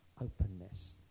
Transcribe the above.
openness